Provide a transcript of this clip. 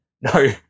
No